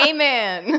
Amen